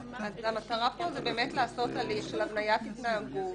המטרה פה זה באמת לעשות הליך של הבניית התנהגות,